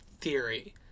theory